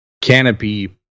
canopy